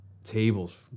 tables